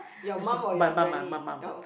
your mum or your granny your